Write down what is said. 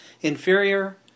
inferior